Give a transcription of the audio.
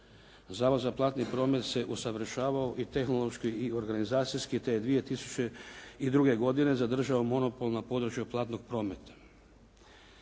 Zavod za platni promet se usavršavao i tehnološki i organizacijski te je 2002. godine zadržao monopol na području platnog prometa.